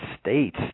States